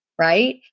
right